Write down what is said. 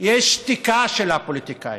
יש שתיקה של הפוליטיקאים.